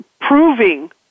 proving